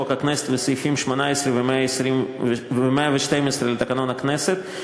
ובהתאם לסעיף 9 לחוק הכנסת וסעיפים 18 ו-112 לתקנון הכנסת,